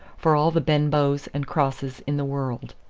for all the benbows and crosses in the world.